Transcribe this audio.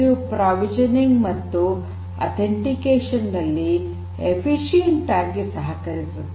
ಇದು ಪ್ರಾವಿಷನಿಂಗ್ ಮತ್ತು ಆತೇನ್ಟಿಕೇಶನ್ ನಲ್ಲಿ ಎಫಿಷಿಯೆಂಟ್ ಆಗಿ ಸಹಕರಿಸುತ್ತದೆ